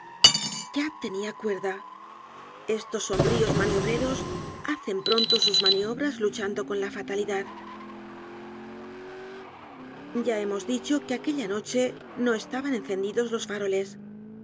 ya tenia cuerda estos sombríos maniobreros hacen pronto sus manjobras luchando con la fatalidad ya hemos dicho que aquella noche no estaban encendidos los faroles